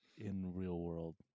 in-real-world